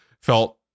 felt